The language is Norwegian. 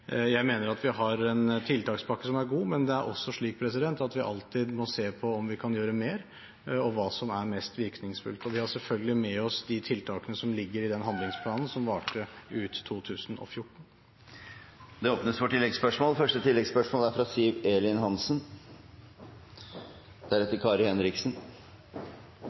Jeg mener at vi har en tiltakspakke som er god, men det er også slik at vi alltid må se på om vi kan gjøre mer, og hva som er mest virkningsfullt. Vi har selvfølgelig med oss de tiltakene som ligger i den handlingsplanen som varte ut 2014. Det åpnes for oppfølgingsspørsmål – først Siv Elin Hansen.